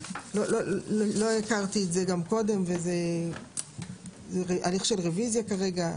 לא הכרתי את זה קודם וכרגע זה בהליך של רוויזיה.